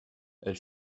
elle